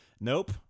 Nope